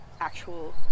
actual